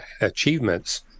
achievements